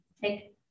take